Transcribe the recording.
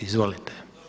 Izvolite.